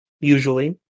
Usually